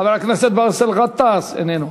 חבר הכנסת באסל גטאס, איננו.